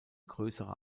größere